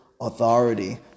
authority